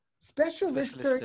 Specialist